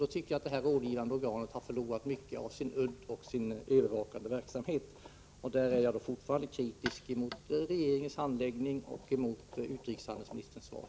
Jag tycker alltså att det rådgivande organet därmed har förlorat mycket av sin udd och sin övervakande funktion. Jag är således på den punkten fortfarande kritisk mot regeringens handläggning och mot utrikeshandelsministerns svar.